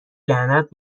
لعنت